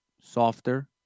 softer